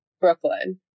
Brooklyn